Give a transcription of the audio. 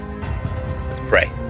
pray